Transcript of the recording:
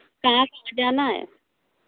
कहाँ जाना है